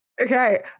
okay